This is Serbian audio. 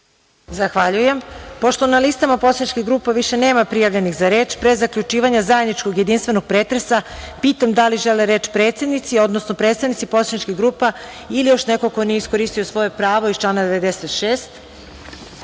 Zahvaljujem. Pošto na listama poslaničkih grupa više nema prijavljenih za reč, pre zaključivanja zajedničkog jedinstvenog pretresa, pitam da li žele reč predsednici, odnosno predstavnici poslaničkih grupa ili još neko ko nije iskoristio svoje pravo iz člana 96?